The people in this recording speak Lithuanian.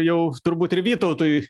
jau turbūt ir vytautui